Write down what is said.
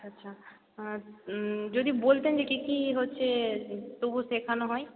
আচ্ছা যদি বলতেন যে কী কী হচ্ছে তবু শেখানো হয়